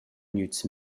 gnüts